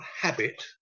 habit